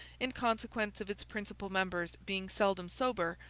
in consequence of its principal members being seldom sober,